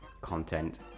content